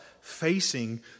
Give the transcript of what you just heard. facing